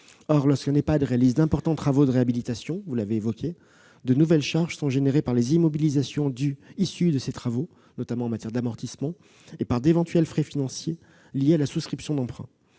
Or, lorsqu'un Ehpad réalise d'importants travaux de réhabilitation- vous l'avez évoqué, monsieur le sénateur -, de nouvelles charges sont générées par les immobilisations issues de ces travaux, notamment en matière d'amortissement, et par d'éventuels frais financiers liés à la souscription d'emprunts.